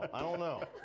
i don't know,